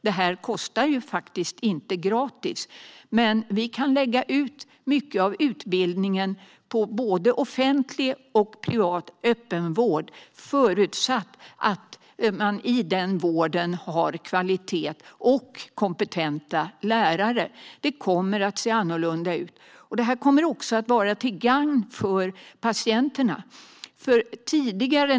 Det här är inte gratis, men mycket av utbildningen kan läggas ut på både offentlig och privat öppenvård förutsatt att den vården har kvalitet och kompetenta lärare. Detta kommer också att vara till gagn för patienterna.